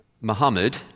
Muhammad